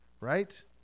right